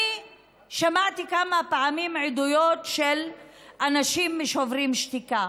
אני שמעתי כמה פעמים עדויות של אנשים משוברים שתיקה.